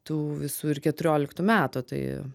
tų visų ir keturioliktų metų tai